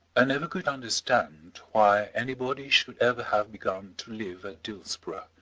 i never could understand why anybody should ever have begun to live at dillsborough,